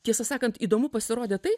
tiesą sakant įdomu pasirodė tai